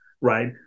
right